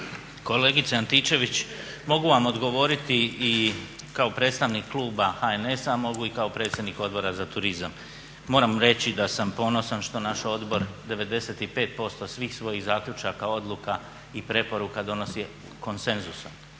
Kolegice Antičević, mogu vam odgovoriti i kao predstavnik kluba HNS-a mogu i kao predsjednik Odbora za turizam. Moram reći da sam ponosan što naš odbor 95% svih svojih zaključaka, odluka i preporuka donosi konsenzusom,